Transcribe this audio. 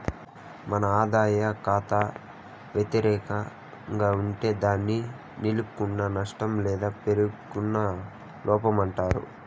మన ఆదాయ కాతా వెతిరేకం గుంటే దాన్ని నిలుపుకున్న నష్టం లేదా పేరుకున్న లోపమంటారు